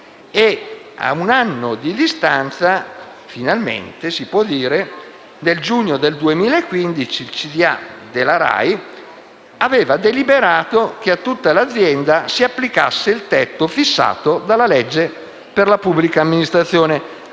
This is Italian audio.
e, a un anno di distanza (finalmente, si può dire), nel giugno 2015, il consiglio di amministrazione della RAI aveva deliberato che a tutta l'azienda si applicasse il tetto fissato dalla legge per la pubblica amministrazione,